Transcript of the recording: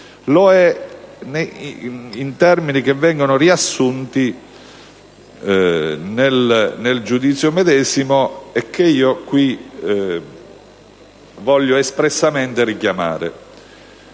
lo è nei termini che vengono riassunti nel giudizio medesimo e che io voglio espressamente richiamare.